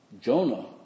Jonah